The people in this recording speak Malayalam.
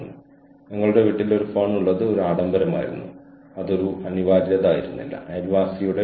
വ്യക്തികൾക്കുള്ള നിർവഹിക്കാനുള്ള പ്രചോദനവും വ്യക്തികൾക്ക് നിർവഹിക്കാനുള്ള അവസരവും ഇത് നൽകുന്നു